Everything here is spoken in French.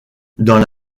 dans